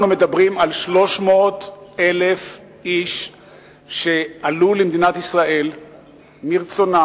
אנחנו מדברים על 300,000 איש שעלו למדינת ישראל מרצונם,